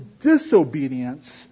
disobedience